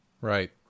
Right